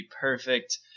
perfect